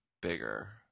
bigger